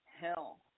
hell